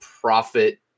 profit